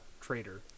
Traitor